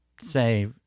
say